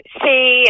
see